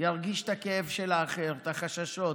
ירגיש את הכאב של האחר, את החששות,